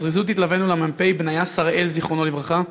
בזריזות התלווינו למ"פ בניה שראל, זיכרונו לברכה,